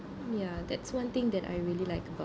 ya that's one thing that I really like about